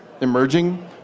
emerging